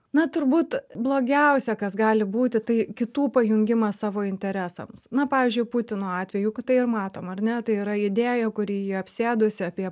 na turbūt blogiausia kas gali būti tai kitų pajungimas savo interesams na pavyzdžiui putino atveju kad tai ir matom ar ne tai yra idėja kuri jį apsėdusi apie